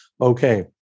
okay